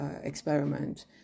experiment